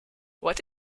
what